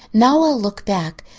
now i'll look back.